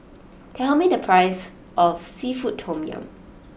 tell me the price of Seafood Tom Yum